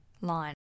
line